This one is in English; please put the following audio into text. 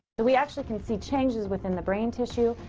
but we actually can see changes within the brain tissue.